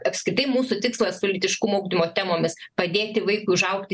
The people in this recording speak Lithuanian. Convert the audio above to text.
apskritai mūsų tikslas su lytiškumo ugdymo temomis padėti vaikui užaugti